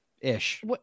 Ish